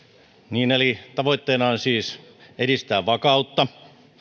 asiaan eli tavoitteena on siis edistää vakautta